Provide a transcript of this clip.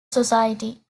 society